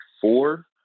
four